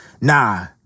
nah